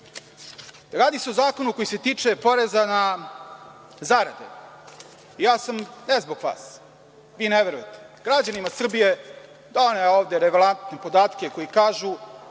Radi se o Zakonu koji se tiče poreza na zarade. Ja sam, ne zbog vas, vi ne verujete, građanima Srbije doneo relevantne podatke koji kažu